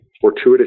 fortuitous